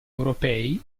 europei